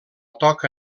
toca